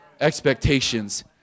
expectations